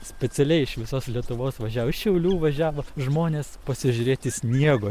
specialiai iš visos lietuvos važiavo iš šiaulių važiavo žmonės pasižiūrėti sniego